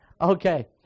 Okay